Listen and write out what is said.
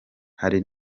hari